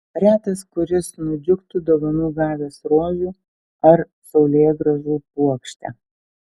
retas kuris nudžiugtų dovanų gavęs rožių ar saulėgrąžų puokštę